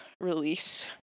release